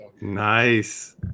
Nice